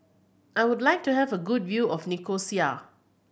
I would like to have a good view of Nicosia